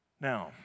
Now